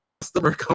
customer